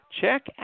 check